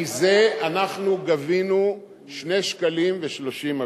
מזה אנחנו גבינו 2.30 שקלים.